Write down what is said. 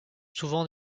souvent